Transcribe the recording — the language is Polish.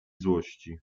złości